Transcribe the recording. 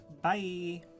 Bye